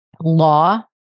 Law